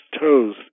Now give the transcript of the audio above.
toes